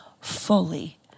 fully